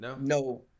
No